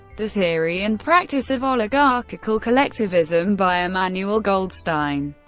the theory and practice of oligarchical collectivism by emmanuel goldstein,